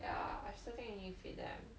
ya I'm certain you need to feed them